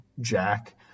Jack